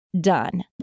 done